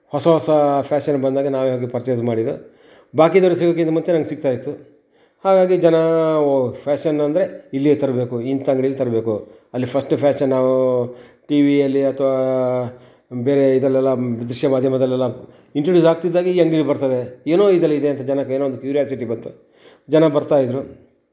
ಹೊಸ ಹೊಸಾ ಫ್ಯಾಷನ್ ಬಂದಾಗ ನಾವೆ ಹೋಗಿ ಪರ್ಚೇಸ್ ಮಾಡಿದ್ದು ಬಾಕಿದೋರಿಗೆ ಸಿಗೋದ್ಕಿಂತ ಮುಂಚೆ ನಂಗೆ ಸಿಗ್ತಾಯಿತ್ತು ಹಾಗಾಗಿ ಜನ ಓ ಫ್ಯಾಷನ್ ಅಂದರೆ ಇಲ್ಲಿಯೇ ತರಬೇಕು ಇಂಥ ಅಂಗ್ಡೀಲಿ ತರಬೇಕು ಅಲ್ಲಿ ಫಸ್ಟ್ ಫ್ಯಾಷನ್ ನಾವೂ ಟಿ ವಿಯಲ್ಲಿ ಅಥ್ವಾ ಬೇರೆ ಇದರಲ್ಲೆಲ್ಲಾ ದೃಶ್ಯ ಮಾಧ್ಯಮದಲ್ಲೆಲ್ಲಾ ಇಂಟ್ರುಡ್ಯೂಸ್ ಆಗ್ತಿದ್ದಾಗೆ ಈ ಅಂಗಡೀಲಿ ಬರ್ತದೆ ಏನೋ ಇಂತಲ್ಲಿ ಇದೆ ಅಂತ ಜನಕ್ಕೆ ಏನೋ ಒಂದು ಕ್ಯೂರ್ಯಾಸಿಟಿ ಬಂತು ಜನ ಬರ್ತಾ ಇದ್ರು